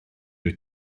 dwyt